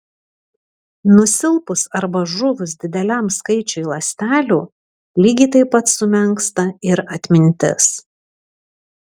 nusilpus arba žuvus dideliam skaičiui ląstelių lygiai taip pat sumenksta ir atmintis